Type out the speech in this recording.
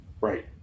right